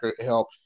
help